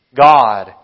God